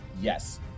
yes